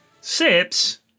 sips